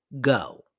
go